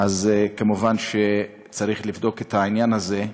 כמובן צריך לבדוק את העניין הזה.